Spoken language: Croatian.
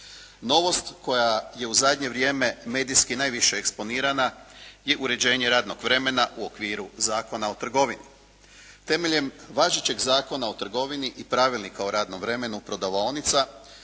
Novost koja je u zadnje vrijeme medijski najviše eksponirana je uređenje radnog vremena u okviru Zakona o trgovini. Temeljem važećeg Zakona o trgovini i Pravilnika o radnom vremenu prodavaonica,